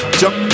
jump